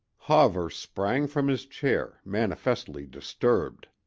hawver sprang from his chair, manifestly disturbed.